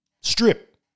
Strip